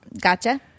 Gotcha